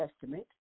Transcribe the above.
Testament